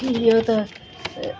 इहो त